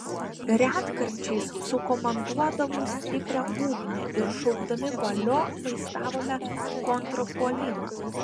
retkarčiais sukomanduodavau stiprią ugnį ir šaukdami valio vaizdavome kontrpuolimą